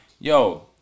Yo